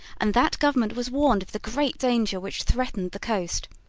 and that government was warned of the great danger which threatened the coast.